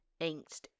angst